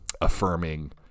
affirming